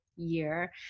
year